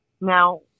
Now